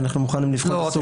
אנחנו מוכנים לבחון את הסוגיה.